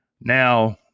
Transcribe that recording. Now